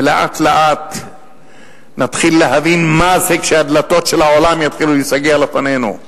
לאט-לאט נתחיל להבין מה זה כשהדלתות של העולם יתחילו להיסגר לפנינו.